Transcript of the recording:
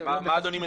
מה אדוני מציע?